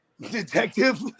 Detective